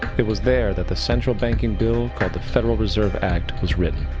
it was there that the central banking bill called the federal reserve act was written.